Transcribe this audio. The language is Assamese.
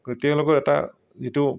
তেওঁলোকৰ এটা যিটো